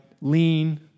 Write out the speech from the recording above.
Lean